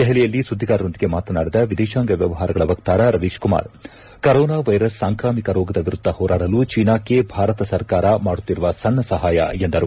ದೆಹಲಿಯಲ್ಲಿ ಸುದ್ದಿಗಾರರೊಂದಿಗೆ ಮಾತನಾಡಿದ ವಿದೇತಾಂಗ ವ್ಯವಹಾರಗಳ ವಕ್ತಾರ ರವೀಶ್ ಕುಮಾರ್ ಕೊರೊನಾ ವೈರಸ್ ಸಾಂಕ್ರಾಮಿಕ ರೋಗದ ವಿರುದ್ಧ ಹೋರಾಡಲು ಚೀನಾಕ್ಕೆ ಭಾರತ ಸರ್ಕಾರ ಮಾಡುತ್ತಿರುವ ಸಣ್ಣ ಸಹಾಯ ಎಂದರು